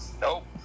Nope